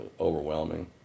overwhelming